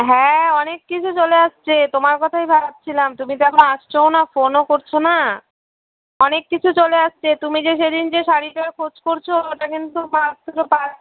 হ্যাঁ অনেক কিছু চলে আসছে তোমার কথাই ভাবছিলাম তুমি তো এখন আসছও না ফোনও করছো না অনেক কিছু চলে আসছে তুমি যে সেদিন যে শাড়িটার খোঁজ করছো ওটা কিন্তু মাত্র পাঁচ